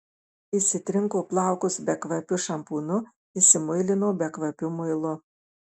išsitrinko plaukus bekvapiu šampūnu išsimuilino bekvapiu muilu